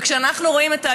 וכשאנחנו רואים את היוזמות,